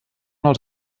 els